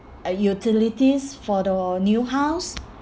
uh utilities for the new house